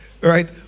right